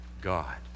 God